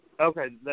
Okay